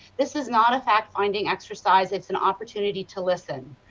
this is not a fact-finding exercise, it is an opportunity to listen.